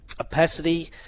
Opacity